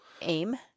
aim